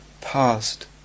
Past